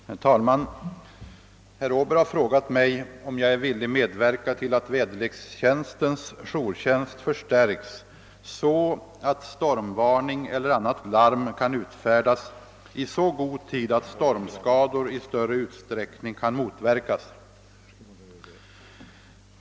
Herr talman! Herr Åberg har frågat mig om jag är villig medverka till att väderlekstjänstens jourtjänst förstärks så att stormvarning eller annat larm kan utfärdas i så god tid att stormskador i större utsträckning kan motverkas.